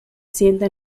sienta